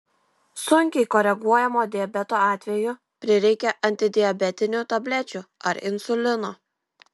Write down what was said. sunkiai koreguojamo diabeto atveju prireikia antidiabetinių tablečių ar insulino